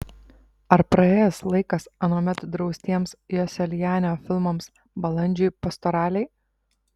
ar praėjęs laikas anuomet draustiems joselianio filmams balandžiui pastoralei